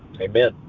Amen